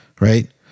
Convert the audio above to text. right